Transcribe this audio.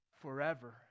forever